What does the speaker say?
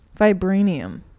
vibranium